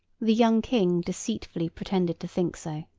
the young king deceitfully pretended to think so,